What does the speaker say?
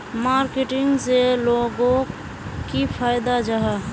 Marketing से लोगोक की फायदा जाहा?